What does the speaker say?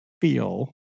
feel